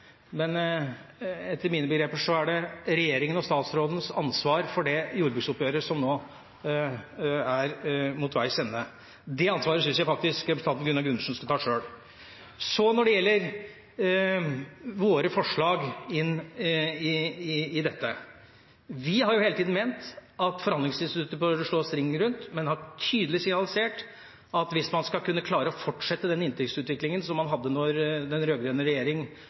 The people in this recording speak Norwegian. men etter mine begreper er det regjeringa og statsråden som har ansvaret for det jordbruksoppgjøret som nå går mot veis ende. Det ansvaret synes jeg faktisk representanten Gunnar Gundersen skulle ta sjøl. Når det gjelder våre forslag, har vi hele tiden ment at det må slås ring rundt forhandlingsinstituttet, men vi har tydelig signalisert at hvis man skal kunne klare å fortsette den inntektsutviklingen som man hadde da den